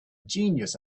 genius